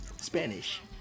Spanish